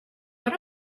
what